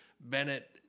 Bennett